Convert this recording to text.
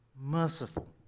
merciful